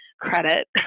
credit